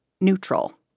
neutral